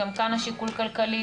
גם כאן השיקול כלכלי.